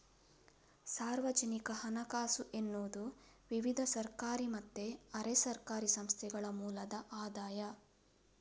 ಸಾರ್ವಜನಿಕ ಹಣಕಾಸು ಎನ್ನುವುದು ವಿವಿಧ ಸರ್ಕಾರಿ ಮತ್ತೆ ಅರೆ ಸರ್ಕಾರಿ ಸಂಸ್ಥೆಗಳ ಮೂಲದ ಆದಾಯ